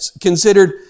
considered